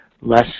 less